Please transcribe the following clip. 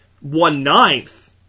one-ninth